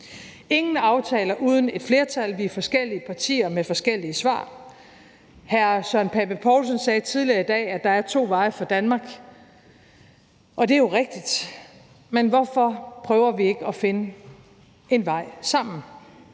ingen aftaler uden et flertal; vi er forskellige partier med forskellige svar. Hr. Søren Pape Poulsen sagde tidligere i dag, at der er to veje for Danmark, og det er jo rigtigt, men hvorfor prøver vi ikke at finde en vej sammen?